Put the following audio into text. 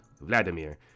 Vladimir